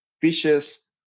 fishes